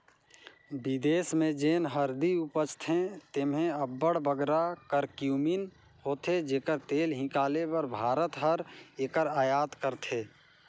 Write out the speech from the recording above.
बिदेस में जेन हरदी उपजथे तेम्हें अब्बड़ बगरा करक्यूमिन होथे जेकर तेल हिंकाले बर भारत हर एकर अयात करथे